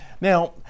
Now